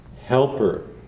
helper